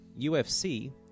UFC